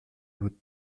votre